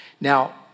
Now